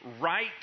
right